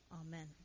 Amen